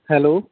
hello